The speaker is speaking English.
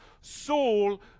Saul